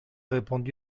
répondu